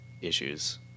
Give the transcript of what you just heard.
issues